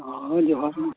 ᱦᱳᱭ ᱡᱚᱦᱟᱨ ᱜᱮ